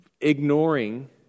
ignoring